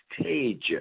stage